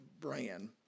brand